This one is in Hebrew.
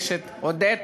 עודד.